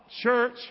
Church